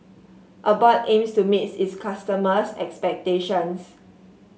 Abbott aims to meet its customers' expectations